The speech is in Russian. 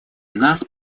нас